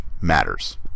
matters